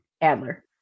Adler